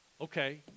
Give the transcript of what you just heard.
okay